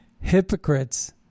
hypocrites